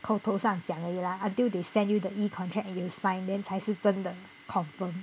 口头上讲而已 lah until they send you the E-contract and you sign then 才是真的 confirm